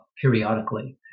periodically